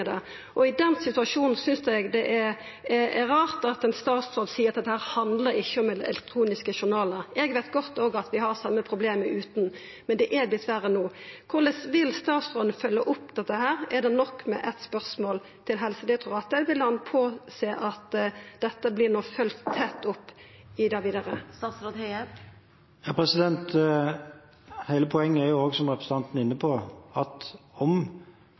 treng det. I den situasjonen synest eg det er rart at ein statsråd seier at dette ikkje handlar om elektroniske journalar. Eg veit godt at vi òg har same problem utan, men slik er det dessverre no. Korleis vil statsråden følgja opp dette? Er det nok med eitt spørsmål til Helsedirektoratet? Vil han sørgja for at dette no vert følgt tett opp vidare? Hele poenget er – som representanten også er inne på – at selv om